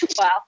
Wow